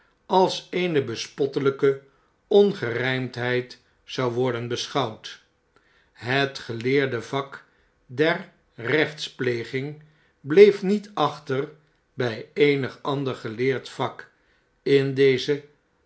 als eene bespottelpe ongerijmdheid zou worden beschouwd het geleerde vak der rechtspleging bleef niet achter by eenig ander geleerd vak in deze